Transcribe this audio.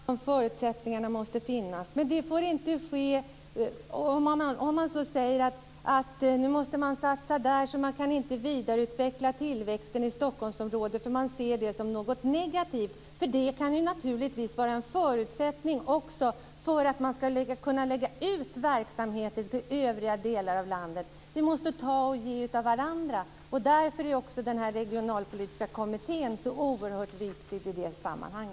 Fru talman! Självklart tycker jag att de förutsättningarna måste finnas. Men man får inte säga att man inte kan vidareutveckla Stockholmsområdet därför att man nu måste satsa ute i landet. Man får inte se tillväxten i Stockholmsområdet som något negativt. Den kan naturligtvis också vara en förutsättning för att man skall kunna lägga ut verksamheter till övriga delar av landet. Vi måste ta av varandra och ge till varandra. Därför är också den regionalpolitiska kommittén oerhört viktig.